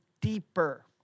deeper